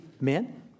men